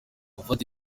gufata